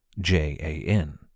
J-A-N